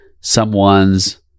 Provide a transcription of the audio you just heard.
someone's